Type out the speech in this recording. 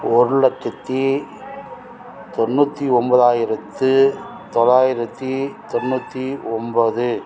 ஒரு லட்சத்து தொண்ணூற்றி ஒம்பதாயிரத்து தொள்ளாயிரத்தி தொண்ணூற்றி ஒம்பது